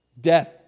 Death